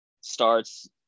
starts